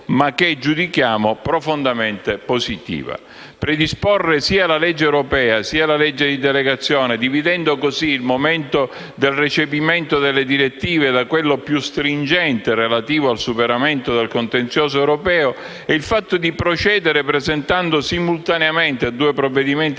ma che giudichiamo profondamente positiva. Il fatto di predisporre sia la legge europea, sia la legge di delegazione, dividendo così il momento del recepimento delle direttive da quello più stringente, relativo al superamento del contenzioso europeo, e il fatto di procedere presentando simultaneamente due provvedimenti